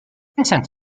vincent